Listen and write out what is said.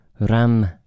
ram